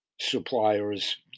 suppliers